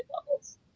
levels